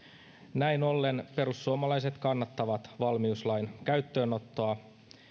näin ollen perussuomalaiset kannattavat valmiuslain käyttöönottoa